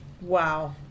Wow